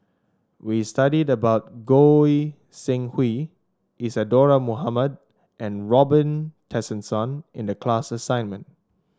we studied about Goi Seng Hui Isadhora Mohamed and Robin Tessensohn in the class assignment